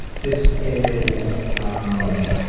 this is. um